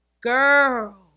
Girl